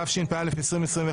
התשפ"א-2021,